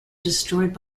destroyed